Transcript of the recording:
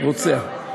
רוצח.